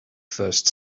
first